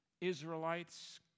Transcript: Israelites